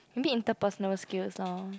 maybe interpersonal skills lor